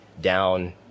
down